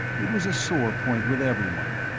it was a sore point with everyone.